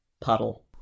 puddle